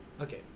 Okay